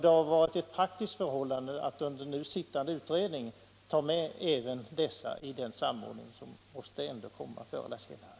Det hade varit ett praktiskt förfarande att låta nu sittande utredning ta med dessa lagar i den samordning som ändå måste göras förr eller senare.